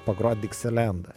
pagrot diksilendą